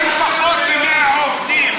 אם פחות מ-100 עובדים.